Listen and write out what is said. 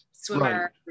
swimmer